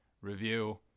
review